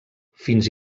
fins